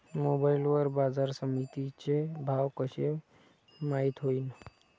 Mobile वर बाजारसमिती चे भाव कशे माईत होईन?